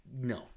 no